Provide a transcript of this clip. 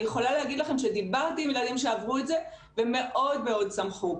אני יכולה להגיד לכם שדיברתי עם ילדים שעברו את זה ומאוד מאוד שמחו.